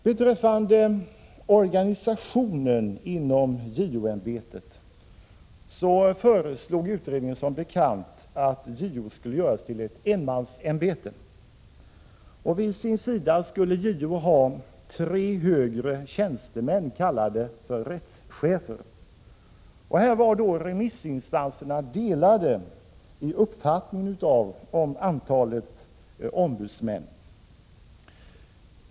Beträffande ämbetets organisation föreslog utredningen som bekant att JO skulle göras om till ett enmansämbete. Vid sin sida skulle JO ha tre högre tjänstemän, som kallades rättschefer. Remissinstanserna var delade i uppfattningen om antalet ombudsmän.